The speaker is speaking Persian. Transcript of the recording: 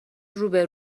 روبه